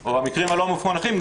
או המקרים הלא מפוענחים,